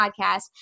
podcast